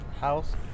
House